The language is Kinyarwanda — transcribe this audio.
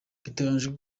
biteganyijwe